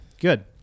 good